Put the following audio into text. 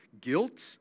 guilt